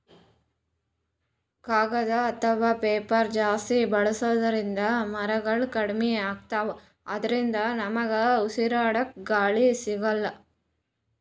ಕಾಗದ್ ಅಥವಾ ಪೇಪರ್ ಜಾಸ್ತಿ ಬಳಸೋದ್ರಿಂದ್ ಮರಗೊಳ್ ಕಮ್ಮಿ ಅತವ್ ಅದ್ರಿನ್ದ ನಮ್ಗ್ ಉಸ್ರಾಡ್ಕ ಗಾಳಿ ಸಿಗಲ್ಲ್